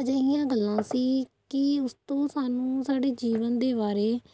ਅਜਿਹੀਆਂ ਗੱਲਾਂ ਸੀ ਕਿ ਉਸ ਤੋਂ ਸਾਨੂੰ ਸਾਡੇ ਜੀਵਨ ਦੇ ਬਾਰੇ